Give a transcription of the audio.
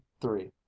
three